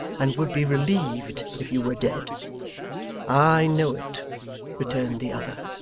and would be relieved if you were dead i know it returned the other.